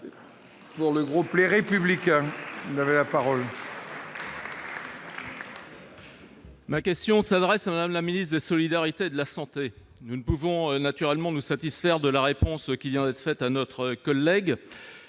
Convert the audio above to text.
pour le groupe Les Républicains. Ma question s'adresse à Mme la ministre des solidarités et de la santé. Nous ne pouvons naturellement nous satisfaire de la réponse qui vient d'être faite à notre collègue